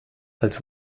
als